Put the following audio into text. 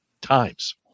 times